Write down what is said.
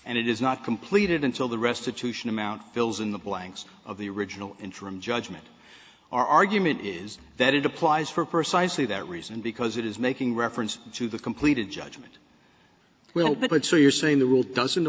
and it is not completed until the restitution amount fills in the blanks of the original interim judgment argument is that it applies for personally that reason because it is making reference to the completed judgment well but so you're saying the rule doesn't